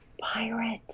pirate